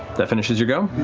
that finishes your go?